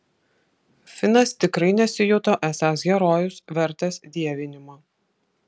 finas tikrai nesijuto esąs herojus vertas dievinimo